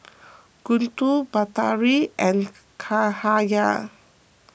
Guntur Batari and Cahaya